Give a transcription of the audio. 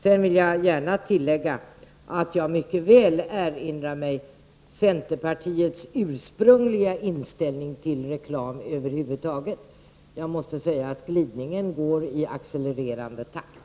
Jag vill gärna tillägga att jag mycket väl kan erinra mig centerpartiets ursprungliga inställning till reklam över huvud taget. Glidningen går i accelererande takt.